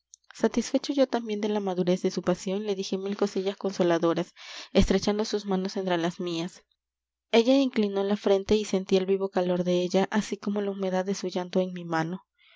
satisfecho yo también de la madurez de su pasión le dije mil cosillas consoladoras estrechando sus manos entre las mías ella inclinó la frente y sentí el vivo calor de ella así como la humedad de su llanto en mi mano